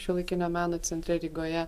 šiuolaikinio meno centre rygoje